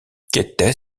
qu’était